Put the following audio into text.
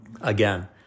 Again